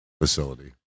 facility